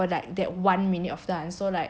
for like that one minute of dance so like